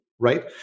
Right